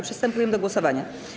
Przystępujemy do głosowania.